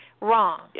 Wrong